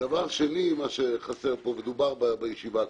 דבר שני, מה שחסר פה ודובר בישיבה הקודמת.